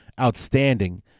outstanding